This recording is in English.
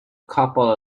couple